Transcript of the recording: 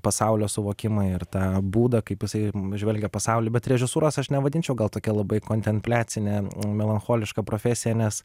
pasaulio suvokimą ir tą būdą kaip jisai žvelgia pasaulį bet režisūros aš nevadinčiau gal tokia labai kontempliacine melancholiška profesija nes